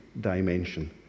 dimension